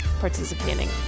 Participating